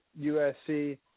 USC